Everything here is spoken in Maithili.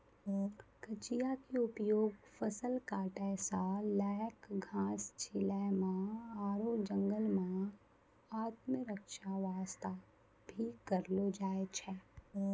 कचिया के उपयोग फसल काटै सॅ लैक घास छीलै म आरो जंगल मॅ आत्मरक्षा वास्तॅ भी करलो जाय छै